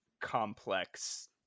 complex